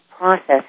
process